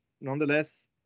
nonetheless